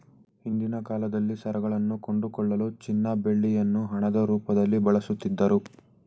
ಹಿಂದಿನ ಕಾಲದಲ್ಲಿ ಸರಕುಗಳನ್ನು ಕೊಂಡುಕೊಳ್ಳಲು ಚಿನ್ನ ಬೆಳ್ಳಿಯನ್ನು ಹಣದ ರೂಪದಲ್ಲಿ ಬಳಸುತ್ತಿದ್ದರು